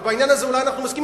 ובעניין הזה אולי אנחנו מסכימים,